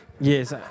Yes